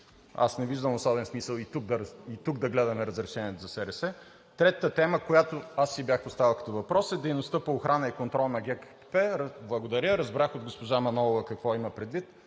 Аз не виждам особен смисъл и тук да гледаме разрешенията за СРС. Третата тема, която аз си бях поставил като въпрос, е дейността по охрана и контрол на ГКПП. Благодаря, разбрах от госпожа Манолова какво има предвид,